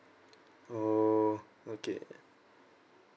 orh okay